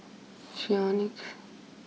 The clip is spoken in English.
Phoenix